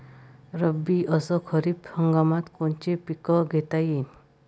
रब्बी अस खरीप हंगामात कोनचे पिकं घेता येईन?